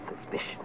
suspicion